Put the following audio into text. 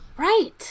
right